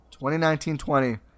2019-20